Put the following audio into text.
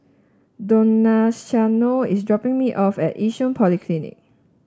Donaciano is dropping me off at Yishun Polyclinic